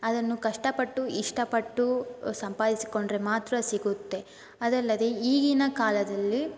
ಅದನ್ನು ಕಷ್ಟಪಟ್ಟು ಇಷ್ಟಪಟ್ಟು ಸಂಪಾದಿಸಿಕೊಂಡರೆ ಮಾತ್ರ ಸಿಗುತ್ತೆ ಅದಲ್ಲದೆ ಈಗಿನ ಕಾಲದಲ್ಲಿ